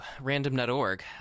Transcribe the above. Random.org